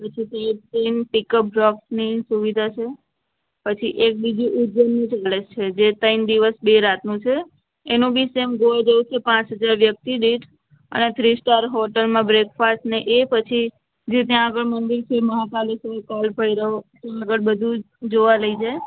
પછી છે same pickup ડ્રોપની સુવિધા છે પછી એક બીજું ઉજ્જૈનનું ચાલે છે જે ત્રણ દિવસ બે રાતનું છે એનું બી સેમ ગોવા જેવું જ છે પાંચ હજાર વ્યક્તિ દીઠ અને થ્રી સ્ટાર હોટલમાં બ્રેકફાસ્ટ ને એ પછી જે ત્યાં આગળ મંદિર છે મહાકાલેશ્વર કાળભૈરવ ત્યાં આગળ બધું જ જોવા લઈ જાય